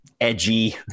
edgy